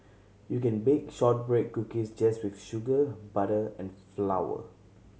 you can bake shortbread cookies just with sugar butter and flour